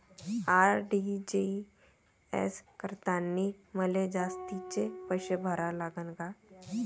RTGS करतांनी मले जास्तीचे पैसे भरा लागन का?